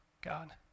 God